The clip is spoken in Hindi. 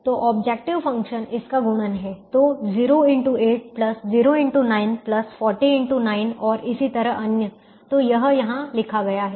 तो ऑब्जेक्टिव फ़ंक्शन इसका गुणन है तो 0x8 0x9 40x7 और इसी तरह अन्य तो यह यहां लिखा गया है